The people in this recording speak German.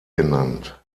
genannt